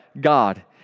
God